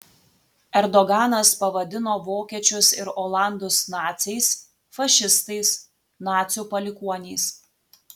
erdoganas pavadino vokiečius ir olandus naciais fašistais nacių palikuoniais